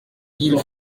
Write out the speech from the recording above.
ils